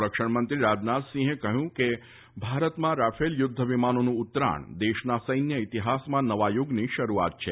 સંરક્ષણમંત્રી રાજનાથસિંહે કહ્યું છે કે ભારતમાં રાફેલ યુદ્ધ વિમાનોનું ઉતરાણ દેશના સૈન્ય ઇતિહાસમાં નવા યુગની શરૂઆત છે